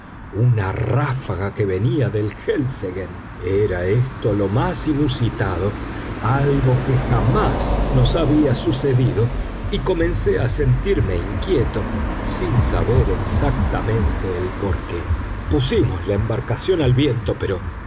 una ráfaga que venía del helseggen era esto lo más inusitado algo que jamás nos había sucedido y comencé a sentirme inquieto sin saber exactamente el porqué pusimos la embarcación al viento pero